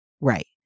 right